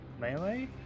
melee